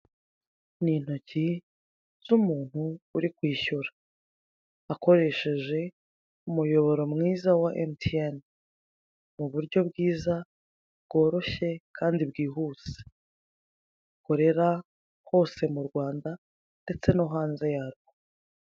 Ni intoki z'umuntu uri kwishyura, akoresheje umuyoboro mwiza wa MTN, mu buryo bwiza bworoshye kandi bwihuse, rukorera hose mu Rwanda ndetse no hanze yarwo.